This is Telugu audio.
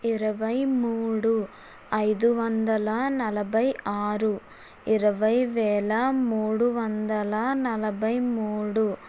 ఇరవైమూడు ఐదువందల నలభైఆరు ఇరవైవేల మూడువందల నలభైమూడు